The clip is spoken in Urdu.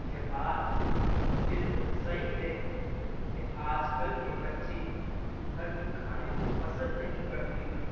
یہ بات بالکل صحیح ہے کہ آج کل کے بچے گھر کے کھانے کو پسند نہیں کرتے ہیں